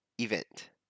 event